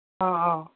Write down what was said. অঁ অঁ